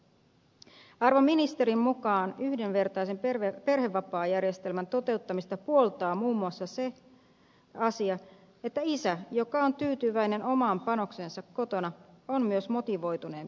arvon ministerin mukaan yhdenvertaisen perhevapaajärjestelmän toteuttamista puoltaa muun muassa se asia että isä joka on tyytyväinen omaan panokseensa kotona on myös motivoituneempi työntekijänä